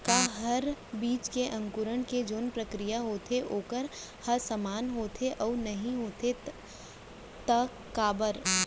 का हर बीज के अंकुरण के जोन प्रक्रिया होथे वोकर ह समान होथे, अऊ नहीं होथे ता काबर?